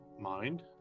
mind